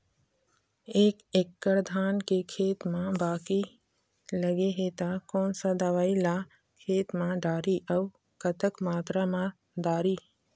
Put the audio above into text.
एक एकड़ धान के खेत मा बाकी लगे हे ता कोन सा दवई ला खेत मा डारी अऊ कतक मात्रा मा दारी?